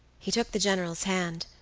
he took the general's hand,